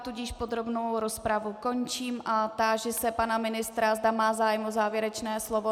Tudíž podrobnou rozpravu končím a táži se pana ministra, zda má zájem o závěrečné slovo.